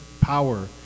power